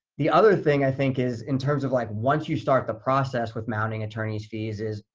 the other thing i think is in terms of like, once you start the process with mounting attorney's fees is,